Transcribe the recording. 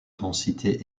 densité